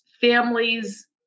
families